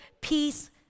peace